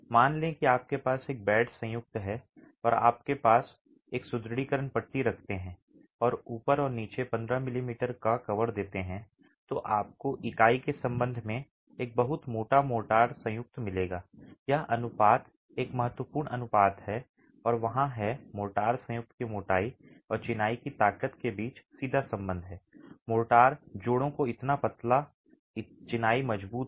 मान लें कि आपके पास एक बेड संयुक्त है और आप एक सुदृढीकरण पट्टी रखते हैं और ऊपर और नीचे 15 मिमी का कवर देते हैं तो आपको इकाई के संबंध में एक बहुत मोटा मोर्टार संयुक्त मिलेगा यह अनुपात एक महत्वपूर्ण अनुपात है और वहां है मोर्टार संयुक्त की मोटाई और चिनाई की ताकत के बीच सीधा संबंध है मोर्टार जोड़ों को इतना पतला चिनाई मजबूत है